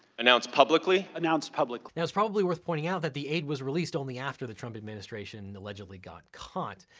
announced publicly? announced publicly. now it's probably worth pointing out that the aid was released only after the trump administration allegedly got caught,